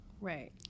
right